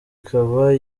ikaba